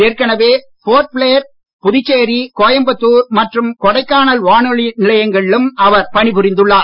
ஏற்கனவே போர்ட் ப்ளேர் புதுச்சேரி கோயம்புத்தூர் மற்றும் கொடைக்கானல் வானொலி நிலையங்களிலும் அவர் பணி புரிந்துள்ளார்